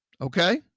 Okay